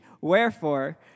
Wherefore